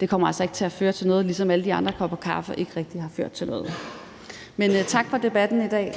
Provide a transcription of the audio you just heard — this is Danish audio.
det altså ikke kommer til at føre til noget, ligesom alle de andre kopper kaffe ikke rigtig har ført til noget. Men tak for debatten i dag.